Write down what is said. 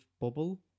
Bubble